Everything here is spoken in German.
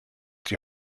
die